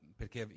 perché